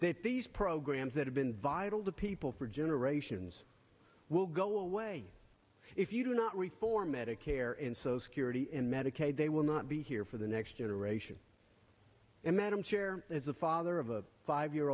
money these programs that have been vital to people for generations will go away if you do not reform medicare and so security and medicaid they will not be here for the next generation and madam chair as a father of a five year